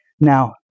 Now